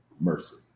mercy